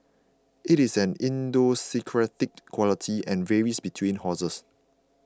it is an idiosyncratic quality and varies between horses